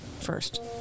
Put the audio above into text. first